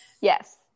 yes